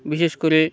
বিশেষ করে